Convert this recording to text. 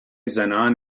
زنان